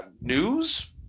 news